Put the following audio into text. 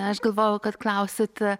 aš galvojau kad klausit